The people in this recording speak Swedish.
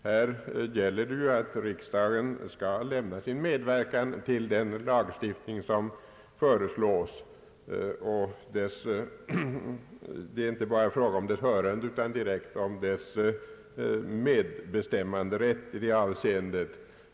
I detta fall har begärts att riksdagen skall lämna sin medverkan till den lagstiftning som föreslås, således är inte bara fråga om dess hörande utan om dess medbestämmanderätt.